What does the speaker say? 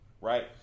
right